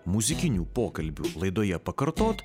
muzikinių pokalbių laidoje pakartot